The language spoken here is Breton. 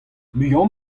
muiañ